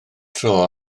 tro